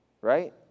Right